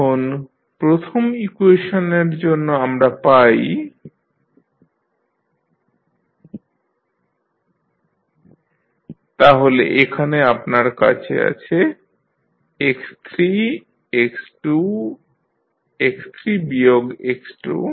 এখন প্রথম ইকুয়েশনের জন্য আমরা পাই dx1dtx3t x2 তাহলে এখানে আপনার কাছে আছে x3 x2 x3 বিয়োগ x2